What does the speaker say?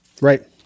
Right